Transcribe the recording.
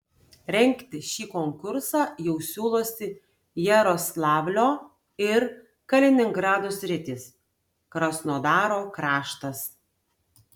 rengti šį konkursą jau siūlosi jaroslavlio ir kaliningrado sritys krasnodaro kraštas